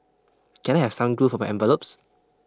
can I have some glue for my envelopes